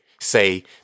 say